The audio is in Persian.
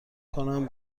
کنم